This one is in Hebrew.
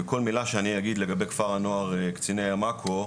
וכל מילה שאני אגיד לגבי כפר הנוער קציני ים עכו,